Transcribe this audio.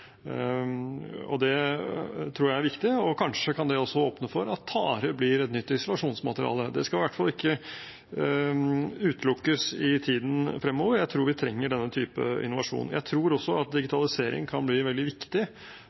Det tror jeg er viktig. Kanskje kan det også åpne for at tare blir et nytt isolasjonsmateriale – det skal i hvert fall ikke utelukkes i tiden fremover. Jeg tror vi trenger denne typen innovasjon. Jeg tror også at digitalisering kan bli veldig viktig